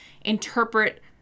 interpret